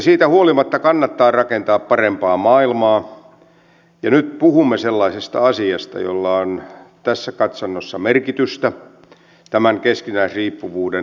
siitä huolimatta kannattaa rakentaa parempaa maailmaa ja nyt puhumme sellaisesta asiasta jolla on tässä katsannossa merkitystä tämän keskinäisriippuvuuden lisäämisen merkeissä